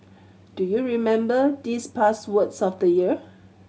do you remember these past words of the year